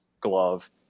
glove